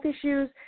issues